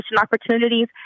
opportunities